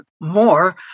more